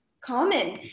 common